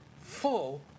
full